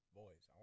boys